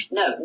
no